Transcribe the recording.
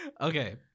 Okay